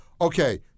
okay